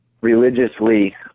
religiously